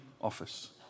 office